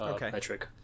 metric